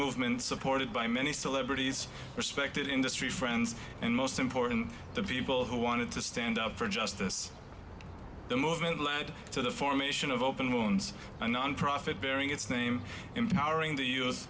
movement supported by many celebrities respected industry friends and most important the people who wanted to stand up for justice the movement led to the formation of open wounds a nonprofit bearing its name empowering t